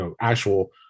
actual